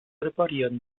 reparieren